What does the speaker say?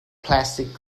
plastic